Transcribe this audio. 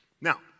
Now